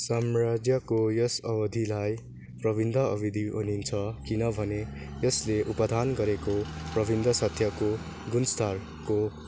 साम्राज्यको यस अवधिलाई प्रबन्ध अवधि भनिन्छ किनभने यसले उत्पादन गरेको प्रबन्ध सत्यको गुणस्तर हो